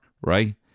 right